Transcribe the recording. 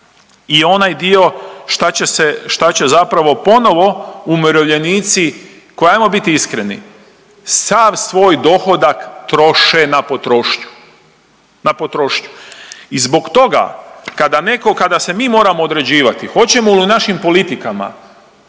šta će se, šta će zapravo ponovo umirovljenici, ko ajmo biti iskreni sav svoj dohodak troše na potrošnju, na potrošnju. I zbog toga kada netko, kada se mi moramo određivati hoćemo li u našim politikama